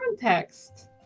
context